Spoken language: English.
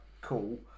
cool